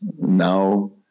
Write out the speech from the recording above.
Now